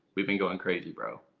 we've been going crazy, bro.